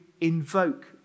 invoke